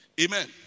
Amen